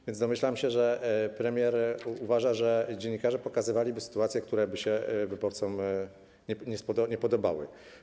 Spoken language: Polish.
A więc domyślam się, że premier uważa, że dziennikarze pokazywaliby sytuacje, które by się wyborcom nie podobały.